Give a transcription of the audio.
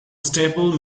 stable